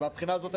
מהבחינה הזאת,